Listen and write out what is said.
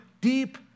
deep